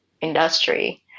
industry